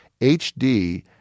HD